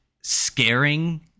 scaring